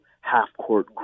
half-court